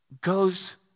goes